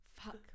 fuck